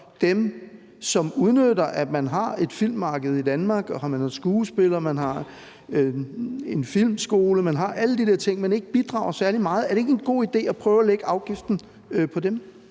dem, som udnytter, at man har et filmmarked i Danmark, at man har skuespillere, og at man har en filmskole, altså at man har alle de der ting, men som ikke bidrager særlig meget? Er det ikke en god idé at prøve at lægge afgiften på dem?